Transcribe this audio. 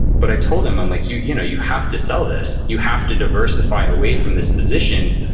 but i told him, i'm like, you you know you have to sell this. you have to diversify away from this position,